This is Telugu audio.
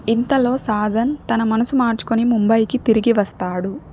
ఇంతలో సాజన్ తన మనసు మార్చుకొని ముంబైకి తిరిగి వస్తాడు